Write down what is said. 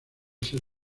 ser